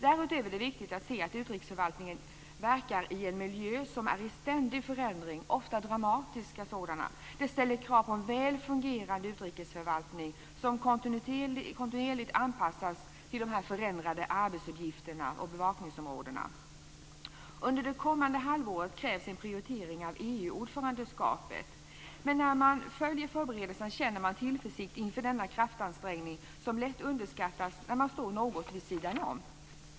Därutöver är det viktigt att se att utrikesförvaltningen verkar i en miljö som är i ständig förändring - ofta dramatisk sådan. Det ställer krav på en väl fungerande utrikesförvaltning som kontinuerligt anpassas till dessa förändrade arbetsuppgifter och bevakningsområden. Under det kommande halvåret krävs en prioritering av EU-ordförandeskapet. Men när man följer förberedelserna känner man tillförsikt inför denna kraftansträngning, som lätt underskattas när man står något vid sidan om.